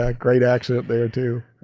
ah great accent there too.